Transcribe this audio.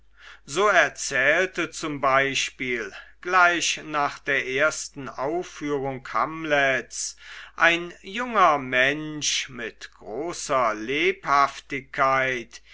so erzählte zum beispiel gleich nach der ersten aufführung hamlets ein junger mensch mit großer lebhaftigkeit